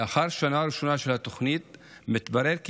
לאחר השנה הראשונה של התוכנית מתברר כי